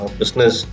business